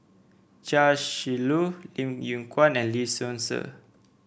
Chia Shi Lu Lim Yew Kuan and Lee Seow Ser